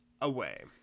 away